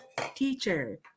teacher